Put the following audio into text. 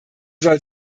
soll